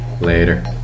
Later